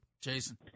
Jason